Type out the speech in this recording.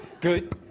Good